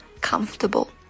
comfortable